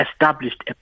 established